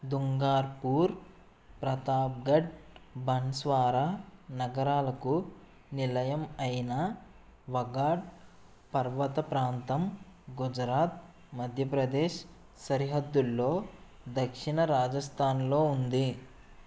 Dungarpur Pratap Banswara నగరాలకు నిలయం అయిన వగాడ్ పర్వత ప్రాంతం గుజరాత్ మధ్యప్రదేశ్ సరిహద్దుల్లో దక్షిణ రాజస్థాన్లో ఉంది